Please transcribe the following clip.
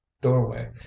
doorway